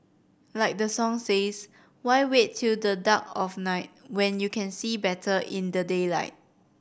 like the song says why wait till the dark of night when you can see better in the daylight